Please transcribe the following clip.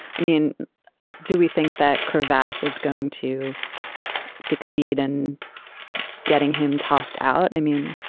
i mean do we think that crevasse is going to succeed and getting him tossed out i mean